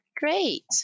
Great